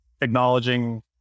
acknowledging